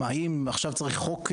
האם עכשיו צריך חוק כולל,